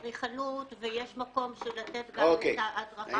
אדריכלות, ויש מקום לתת גם את ההדרכה.